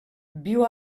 viu